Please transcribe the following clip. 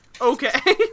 Okay